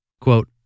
Quote